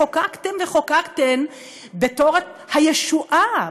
חוקקתם וחוקקתן בתור הישועה,